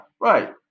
Right